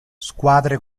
squadre